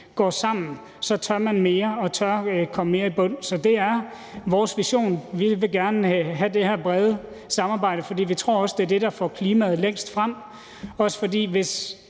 går sammen, tør man mere og tør komme mere i bund. Så det er vores vision. Vi vil gerne have det her brede samarbejde, fordi vi også tror, det er det, der får klimaområdet længst frem. For hvis